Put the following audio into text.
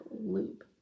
loop